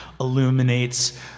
illuminates